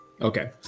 Okay